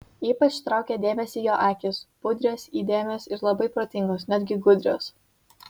ypač traukė dėmesį jo akys budrios įdėmios ir labai protingos netgi gudrios